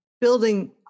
building